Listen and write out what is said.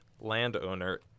Landowner